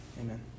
amen